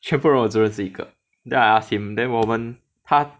全部人我只认识一个 then I ask him then 我们他